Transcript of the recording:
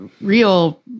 real